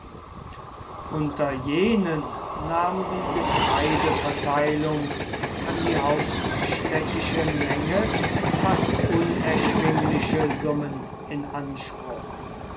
unter jenen nahm die getreideverteilung an die hauptstädtische menge fast unerschwingliche summen in anspruch